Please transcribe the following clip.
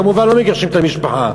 כמובן לא מגרשים את המשפחה,